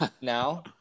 now